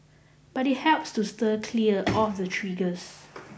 but it helps to steer clear of the triggers